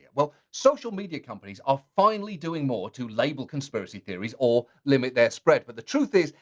well, social media companies are finally doing more to label conspiracy theories, or limit their spread. but the truth is,